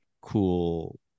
cool